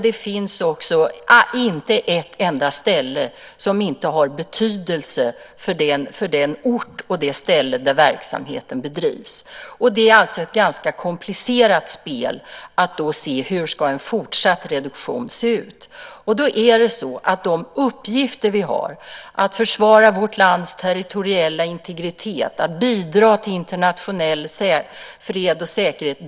Det finns också inte ett enda ställe som inte har betydelse för den ort och det ställe där verksamheten bedrivs. Det är ett ganska komplicerat spel att bestämma hur en fortsatt reduktion ska se ut. De uppgifter vi har är att försvara vårt lands territoriella integritet och att bidra till en internationell fred och säkerhet.